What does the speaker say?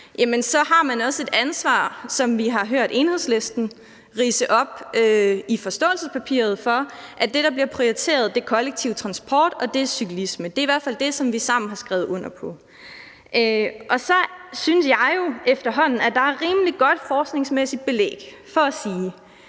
så har man også et ansvar, hvilket vi også hørte Enhedslisten ridse op står i forståelsespapiret, for, at det, der bliver prioriteret, er kollektiv transport og cyklisme. Det er i hvert fald det, som vi sammen har skrevet under på. Så synes jeg jo, at der efterhånden er et rimelig godt forskningsmæssigt belæg for at sige,